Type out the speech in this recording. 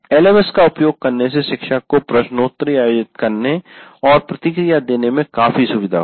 LMS का उपयोग करने से शिक्षक को प्रश्नोत्तरी आयोजित करने और प्रतिक्रिया देने में काफी सुविधा होगी